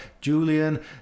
Julian